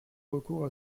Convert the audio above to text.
recours